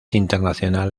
internacional